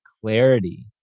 clarity